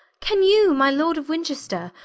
can you, my lord of winchester,